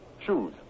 Shoes